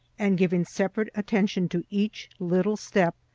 and giving separate attention to each little step,